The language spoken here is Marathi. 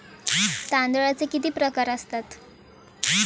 तांदळाचे किती प्रकार असतात?